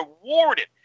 rewarded